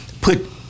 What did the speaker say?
put